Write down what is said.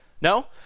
No